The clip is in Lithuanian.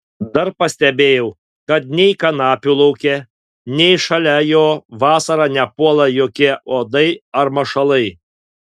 dar pastebėjau kad nei kanapių lauke nei šalia jo vasarą nepuola jokie uodai ar mašalai